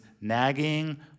nagging